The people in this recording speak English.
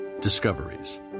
Discoveries